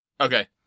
Okay